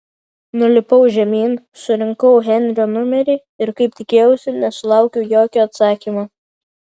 nulipau žemyn surinkau henrio numerį ir kaip tikėjausi nesulaukiau jokio atsakymo